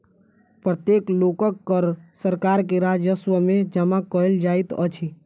प्रत्येक लोकक कर सरकार के राजस्व में जमा कयल जाइत अछि